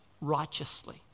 righteously